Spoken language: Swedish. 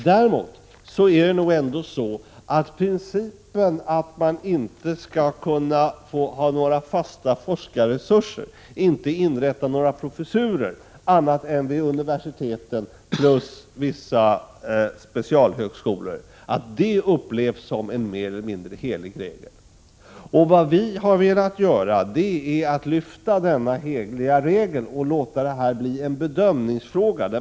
Däremot är det nog ändå så, att det upplevs som en mer eller mindre helig regel att man inte skall kunna ha några fasta forskarresurser — att man inte skall inrätta några professurer — annat än vid universiteten plus vissa specialhögskolor. Vi har velat lyfta bort denna heliga regel och låta det hela bli en bedömningsfråga.